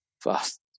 Fast